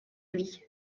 lui